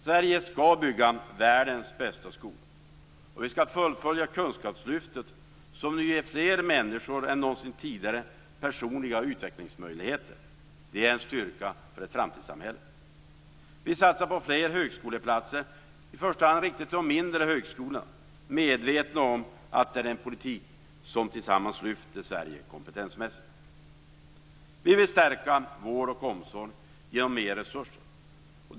Sverige skall bygga världens bästa skola, och vi skall fullfölja kunskapslyftet, som nu ger fler människor än någonsin tidigare personliga utvecklingsmöjligheter. Det är en styrka för ett framtidssamhälle. Vi satsar på fler högskoleplatser i första hand på de mindre högskolorna, medvetna om att det är en politik som lyfter Sverige kompetensmässigt. Vi vill stärka vård och omsorg genom mer resurser.